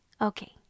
Okay